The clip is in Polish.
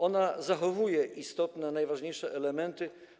Ono zachowuje istotne, najważniejsze elementy.